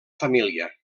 família